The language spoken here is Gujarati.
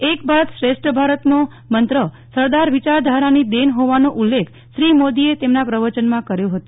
એક ભારત શ્રેષ્ઠ ભારતનો મંત્ર સરદાર વિયારધારાની દેન હોવાનો ઉલ્લેખ શ્રી મોદીએ તેમના પ્રવચનમાં કર્યો હતો